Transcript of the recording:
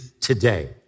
today